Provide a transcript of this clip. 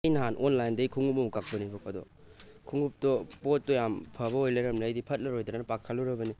ꯑꯩ ꯅꯍꯥꯟ ꯑꯣꯟꯂꯥꯏꯟꯗꯩ ꯈꯣꯡꯎꯞ ꯑꯃ ꯀꯛꯄꯅꯦꯕꯀꯣ ꯑꯗꯨ ꯈꯣꯡꯉꯨꯞꯇꯣ ꯄꯣꯠꯇꯣ ꯌꯥꯝ ꯐꯕ ꯑꯣꯏ ꯂꯩꯔꯝꯃꯦ ꯑꯩꯗꯤ ꯐꯠꯂꯂꯣꯏꯗ꯭ꯔꯥꯅ ꯄꯥꯈꯠꯂꯨꯔꯕꯅꯤ